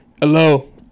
hello